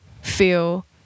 feel